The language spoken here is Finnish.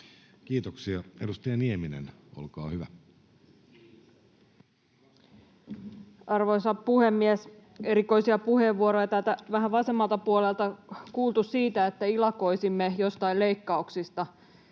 Kiitoksia. — Edustaja Nieminen, olkaa hyvä. Arvoisa puhemies! Erikoisia puheenvuoroja täältä vähän vasemmalta puolelta on kuultu siitä, että ilakoisimme jostain leikkauksista.